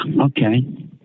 Okay